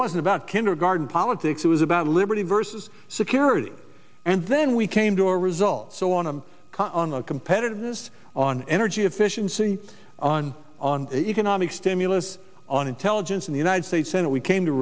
wasn't about kindergarten politics it was about liberty versus security and then we came to a result so on i'm on the competitiveness on energy efficiency on on economic stimulus on intelligence in the united states senate we came to